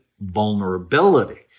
vulnerability